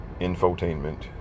infotainment